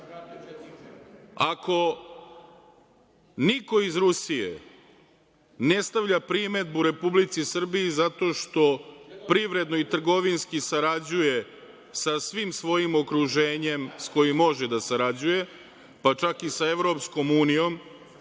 niko iz Rusije ne stavlja primedbu Republici Srbiji zato što privredno i trgovinski sarađuje sa svim svojim okruženjem s kojim može da sarađuje, pa čak i sa EU,